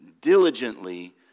diligently